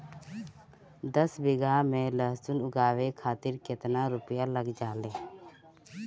दस बीघा में लहसुन उगावे खातिर केतना रुपया लग जाले?